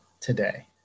today